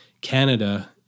Canada